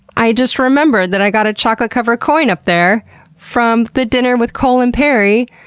i just remembered that i got a chocolate covered coin up there from the dinner with cole imperi,